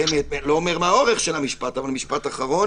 אני לא אומר מה האורך של המשפט, אבל משפט אחרון.